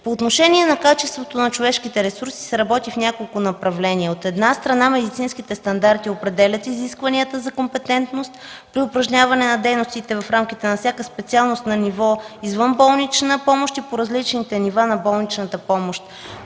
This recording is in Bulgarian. По отношение на качеството на човешките ресурси се работи в няколко направления. От една страна, медицинските стандарти определят изискванията за компетентност при упражняване на дейностите в рамките на всяка специалност на ниво извънболнична помощ и по различните нива на болничната помощ.